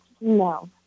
No